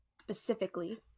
specifically